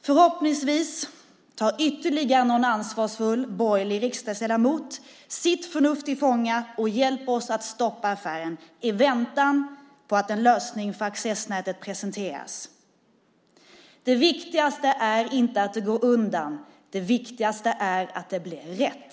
Förhoppningsvis tar ytterligare någon ansvarsfull borgerlig riksdagsledamot sitt förnuft till fånga och hjälper oss att stoppa affären i väntan på att en lösning för accessnätet presenteras. Det viktigaste är inte att det går undan, det viktigaste är att det blir rätt.